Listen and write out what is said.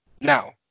now